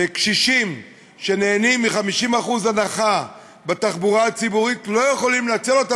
שקשישים שנהנים מ-50% הנחה בתחבורה הציבורית לא יכולים לנצל אותה